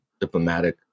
diplomatic